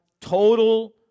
total